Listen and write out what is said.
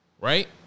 right